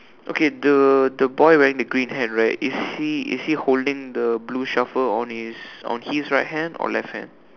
okay the the boy wearing the green hat right is he is he holding the blue shovel on his on his right hand or left hand